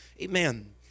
Amen